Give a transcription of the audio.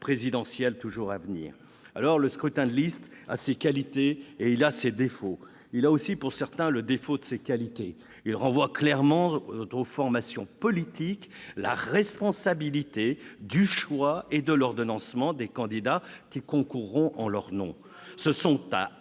présidentielle toujours à venir ? Le scrutin de liste a ses qualités et ses défauts. Il a aussi, pour certains, le défaut de ses qualités. Il renvoie clairement aux formations politiques la responsabilité du choix et de l'ordonnancement des candidats qui concourront en leur nom. Ce sont à